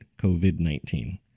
COVID-19